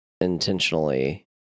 intentionally